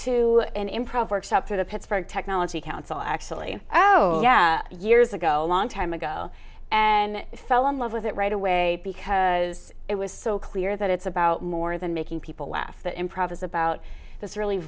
to an improv workshop for the pittsburgh technology council actually oh yeah years ago a long time ago and i fell in love with it right away because it was so clear that it's about more than making people laugh that improv is about this really